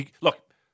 Look